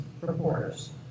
reporters